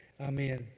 amen